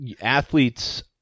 athletes